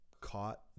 caught